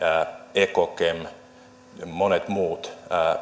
ekokem monet muut